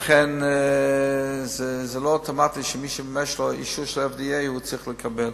לכן זה לא אוטומטי שמי שיש לו אישור של ה-FDA צריך לקבל.